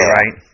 right